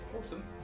Awesome